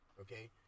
Okay